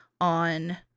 on